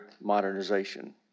modernization